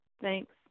thanks